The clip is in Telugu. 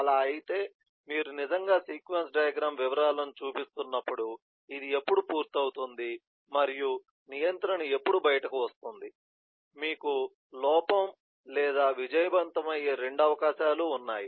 అలా అయితే మీరు నిజంగా సీక్వెన్స్ డయాగ్రమ్ వివరాలను చూపిస్తున్నప్పుడు ఇది ఎప్పుడు పూర్తవుతుంది మరియు నియంత్రణ ఎప్పుడు బయటకు వస్తుంది మీకు లోపం లేదా విజయవంతమయ్యే రెండు అవకాశాలు ఉన్నాయి